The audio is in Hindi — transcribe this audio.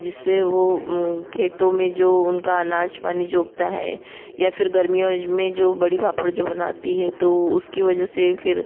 जिससे वो खेतों में जो उनका अनाज पानी जोगता है या फिर गर्मियों में जो बड़ी पापड़ जो बनाती है तो उसकी वजह से फिर